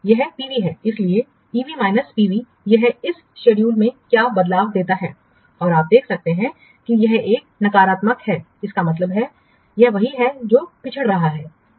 इसलिए EV minus PV है यह इस शेड्यूल में क्या बदलाव देता है और आप देख सकते हैं कि यह एक नकारात्मक है इसका मतलब है यह वही है जो पिछड़ रहा है यह कम है